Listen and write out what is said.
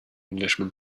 englishman